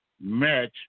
match